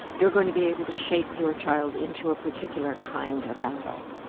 you're going to be able to shape your child into a particular kind of adult.